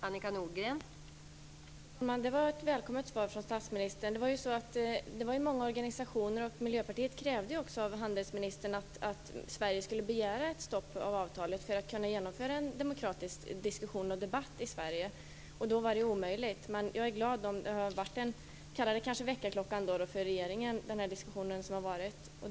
Fru talman! Det var ett välkommet svar från statsministern. Miljöpartiet krävde av handelsministern att Sverige skulle begära ett stopp för avtalet för att kunna genomföra en demokratisk diskussion och debatt i Sverige. Då var det ju omöjligt. Jag är glad om den diskussion som har varit blev en väckarklocka - vi kanske kan kalla det så ändå - för regeringen.